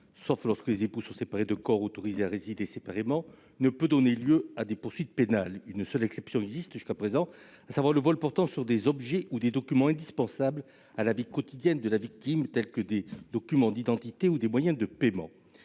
sauf lorsque les époux sont séparés de corps et autorisés à résider séparément, ne peut donner lieu à des poursuites pénales. Une seule exception existe jusqu'à présent, à savoir le vol portant sur des objets ou des documents indispensables à la vie quotidienne de la victime, tels que des documents d'identité ou des moyens de paiement.